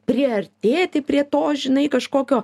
priartėti prie to žinai kažkokio